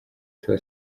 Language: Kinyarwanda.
tiwa